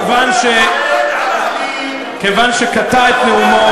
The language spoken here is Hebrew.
כיוון שקטע את נאומו,